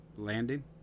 landing